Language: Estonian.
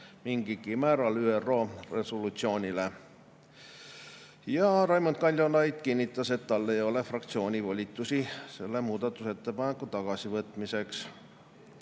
mingil määral ÜRO resolutsioonile. Raimond Kaljulaid kinnitas, et tal ei ole fraktsiooni volitusi selle muudatusettepaneku tagasivõtmiseks.